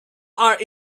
are